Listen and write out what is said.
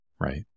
right